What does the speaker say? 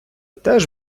теж